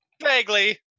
Vaguely